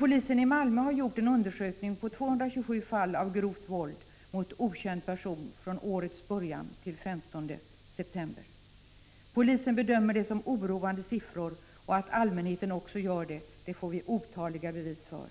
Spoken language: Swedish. Polisen i Malmö har undersökt förhållandena beträffande de 227 fall av grovt våld mot okänd person som har inträffat från årets början och fram till den 15 september. Polisen bedömer siffrorna som oroande. Att allmänheten också gör det finns det otaliga bevis på.